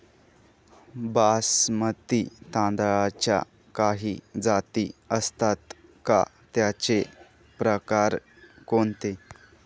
बासमती तांदळाच्या काही जाती असतात का, त्याचे प्रकार कोणते?